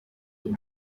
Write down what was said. amwe